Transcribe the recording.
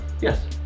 Yes